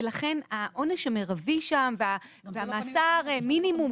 ולכן העונש המרבי שם והמאסר מינימום,